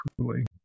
truly